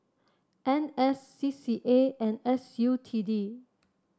N S C C A and S U T D